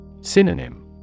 Synonym